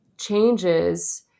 changes